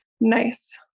nice